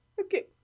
Okay